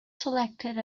selected